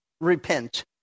repent